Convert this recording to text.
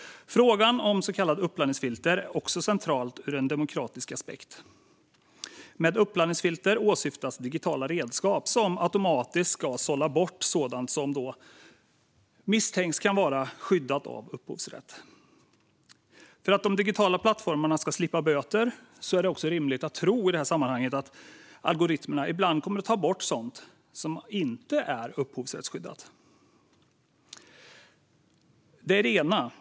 Frågan om så kallade uppladdningsfilter är central utifrån en demokratisk aspekt. Med uppladdningsfilter åsyftas digitala redskap som automatiskt ska sålla bort sådant som misstänks vara skyddat av upphovsrätt. För att de digitala plattformarna ska slippa böter är det rimligt att tro att algoritmerna ibland kommer att ta bort sådant om inte är upphovsrättsskyddat. Det är det ena.